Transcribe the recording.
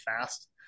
fast